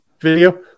video